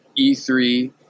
E3